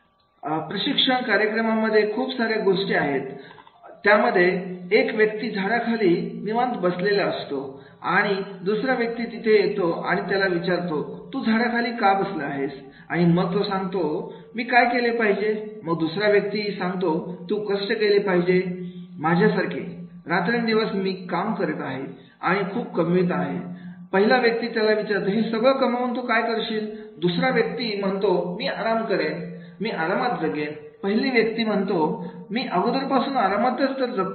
वाचा प्रशिक्षण कार्यक्रमामध्ये खूप साऱ्या गोष्टी आहेत ज्यामध्ये एक व्यक्ती झाडाखाली निवांत बसलेला असतो आणि आणि दुसरा व्यक्ती तिथे येतो आणि त्याला विचारतो तू झाडाखाली का बसलेला आहे आणि मग तो सांगतो मी काय केले पाहिजे मग दुसरा व्यक्ती सांगतो तू कष्ट केले पाहिजे माझ्या सारखे रात्रंदिवस मी काम करीत आहे आणि खूप कमवीत असतो पहिला व्यक्ती त्याला विचारतो हे सगळ कमावून तू काय करशील दुसरा व्यक्ती म्हणतो मी आराम करेन मी आरामात जगेन पहिला व्यक्ती म्हणतो मी अगोदरपासून आरामात तर जगतोय